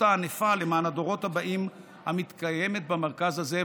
הענפה למען הדורות הבאים המתקיימת במרכז הזה,